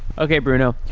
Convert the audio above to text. okay, bruno.